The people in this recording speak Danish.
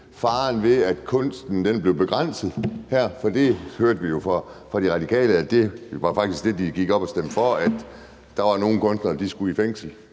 faren ved, at kunsten her blev begrænset. For det hørte vi jo faktisk fra De Radikale var det, som de gik op og stemte for, altså at der var nogle kunstnere, der skulle i fængsel,